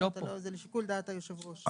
זה לשיקול דעת היושב-ראש.